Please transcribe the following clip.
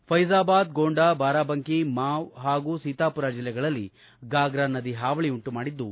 ಫ್ಲೆಜಾಬಾದ್ ಗೊಂಡಾ ಬಾರಾಬಂಕಿ ಮಾವ್ ಹಾಗೂ ಸೀತಾಪುರ ಜಿಲ್ಲೆಗಳಲ್ಲಿ ಫಾಗ್ರಾ ನದಿ ಹಾವಳಿ ಉಂಟುಮಾಡಿದ್ದು